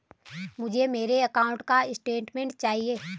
मुझे मेरे अकाउंट का स्टेटमेंट चाहिए?